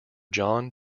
john